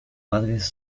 padres